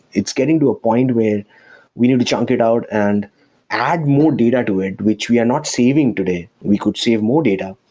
it's getting to a point where we need to chunk it out and add more data to it, which we are not saving today. we could save more data,